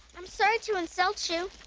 i'm sorry to insult you.